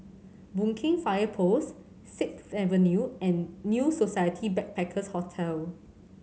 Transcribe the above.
Boon Keng Fire Post Sixth Avenue and New Society Backpackers' Hotel